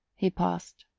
he paused.